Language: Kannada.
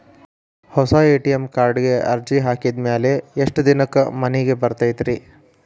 ಹೊಸಾ ಎ.ಟಿ.ಎಂ ಕಾರ್ಡಿಗೆ ಅರ್ಜಿ ಹಾಕಿದ್ ಮ್ಯಾಲೆ ಎಷ್ಟ ದಿನಕ್ಕ್ ಮನಿಗೆ ಬರತೈತ್ರಿ?